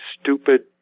stupid